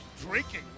drinking